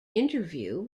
interview